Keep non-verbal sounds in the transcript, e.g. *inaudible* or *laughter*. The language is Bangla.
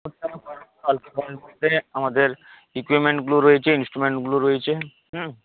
*unintelligible* আমাদের ইক্যুইপমেন্টগুলো রয়েছে ইনস্ট্রুমেন্টগুলো রয়েছে হুম